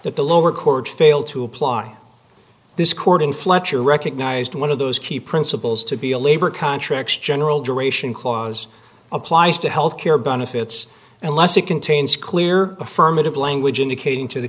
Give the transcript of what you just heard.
that the lower courts fail to apply this court in fletcher recognised one of those key principles to be a labor contracts general duration clause applies to health care benefits unless it contains clear affirmative language indicating to the